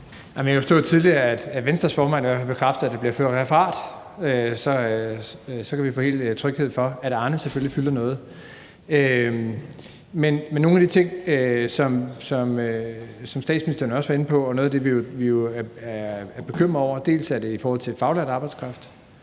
Jeg kan forstå, at Venstres formand tidligere bekræftede, at der bliver ført referat, og så kan vi få tryghed for, at Arne selvfølgelig fylder noget. Men nogle af de ting, som statsministeren også var inde på, og noget af det, vi jo er bekymrede over, er dels i forhold til faglært arbejdskraft,